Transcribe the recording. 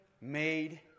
made